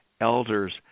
Elders